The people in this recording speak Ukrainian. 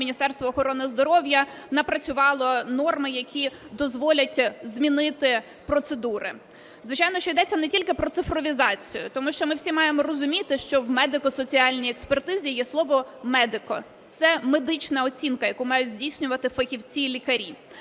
Міністерство охорони здоров'я напрацювало норми, які дозволять змінити процедури. Звичайно, що йдеться не тільки про цифровізацію, тому що ми всі маємо розуміти, що в медико-соціальній експертизі є слово "медико", – це медична оцінка, яку мають здійснювати фахівці і лікарі.